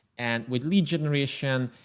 and with lead generation,